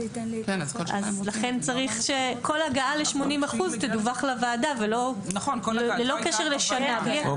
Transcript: לכן צריך שכל הגעה ל-80% תדווח לוועדה ללא קשר לשנה.